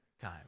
time